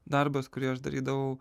darbas kurį aš darydavau